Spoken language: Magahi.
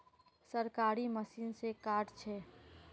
सरकारी मशीन से कार्ड छै?